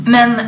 Men